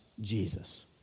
Jesus